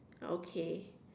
okay